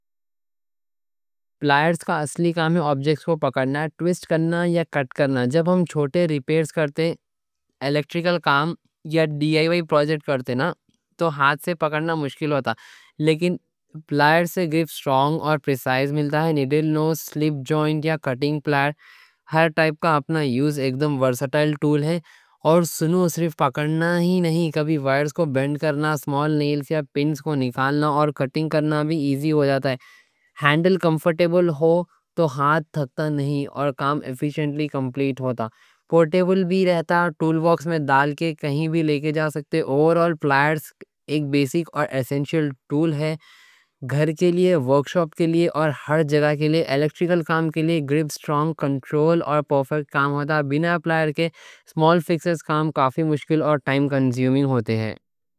پلائرز کا اصلی کام آبجیکٹس کو پکڑنا، ٹویسٹ کرنا یا کٹ کرنا ہے جب ہم چھوٹے ریپیرز کرتے، الیکٹریکل کام یا ڈی آئی وائی پروجیکٹ کرتے، تو ہاتھ سے پکڑنا مشکل ہوتا لیکن پلائرز سے گرپ سٹرونگ اور پریسائز ملتا ہے نیڈل نوز، سلپ جوائنٹ یا کٹنگ پلائر ہر ٹائپ کا اپنا یوز ہے، ایک دم ورسٹائل ٹول ہے اور سنو صرف پکڑنا ہی نہیں وائرز کو بینڈ کرنا، سمال نیل یا پنز کو نکالنا اور کٹنگ کرنا بھی ایزی ہو جاتا ہے ہینڈل کمفرٹیبل ہو تو ہاتھ تھکتا نہیں اور کام ایفیشنٹلی کمپلیٹ ہوتا پورٹیبل بھی رہتا، ٹول باکس میں ڈال کے کہیں بھی لے کے جا سکتے اوورآل پلائرز ایک بیسک اور ایسنشل ٹول ہے، گھر کے لیے، ورکشاپ کے لیے اور ہر جگہ کے لیے الیکٹریکل کام کے لیے گرپ سٹرونگ، کنٹرول اور پرفیکٹ کام ہوتا بِنا پلائر کے سمال فکس کام کافی مشکل اور ٹائم کنزیومنگ ہوتے ہیں